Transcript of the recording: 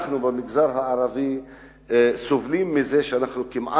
אנחנו במגזר הערבי סובלים כי אנחנו לא